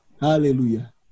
Hallelujah